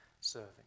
serving